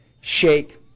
shake